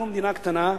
אנחנו מדינה קטנה,